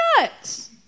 nuts